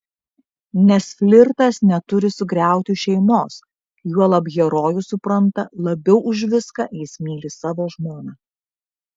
nes flirtas neturi sugriauti šeimos juolab herojus supranta labiau už viską jis myli savo žmoną